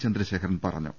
ചന്ദ്രശേഖരൻ പറഞ്ഞു